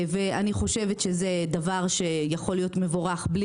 ואני חושבת שזה דבר שיכול להיות מבורך בלי